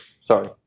Sorry